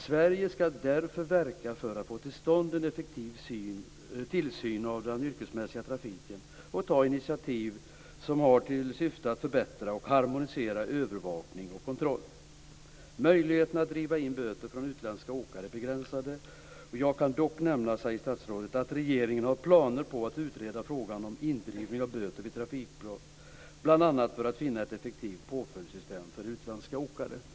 Sverige skall därför verka för att få till stånd en effektiv tillsyn av den yrkesmässiga trafiken och ta initiativ som har till syfte att förbättra och harmonisera övervakning och kontroll. Möjligheten att driva in böter från utländska åkare är begränsade. Jag kan dock nämna att regeringen har planer på att regeringen har planer på att utreda frågan om indrivning av böter vid trafikbrott, bl.a. för att finna ett effektivt påföljdssystem för utländska åkare."